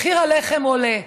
מחיר הלחם עולה.